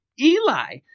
Eli